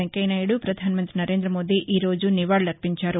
వెంకయ్యనాయుడు ప్రపధాన మంతి నరేందమోదీ ఈరోజు నివాళులర్పించారు